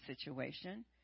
situation